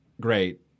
great